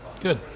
Good